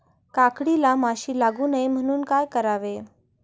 काकडीला माशी लागू नये म्हणून काय करावे?